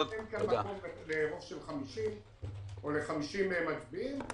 ולכן אין כאן מקום לרוב של 50 או ל-50 מצביעים.